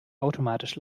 automatisch